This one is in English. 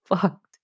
fucked